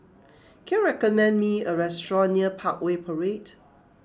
can you recommend me a restaurant near Parkway Parade